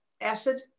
acid